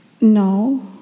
No